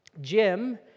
Jim